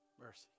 mercy